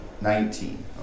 Nineteen